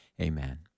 amen